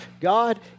God